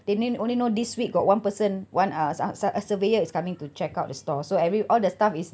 they then only know this week got one person one uh su~ uh a surveyor is coming to check out the store so every all the staff is